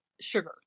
sugar